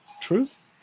truth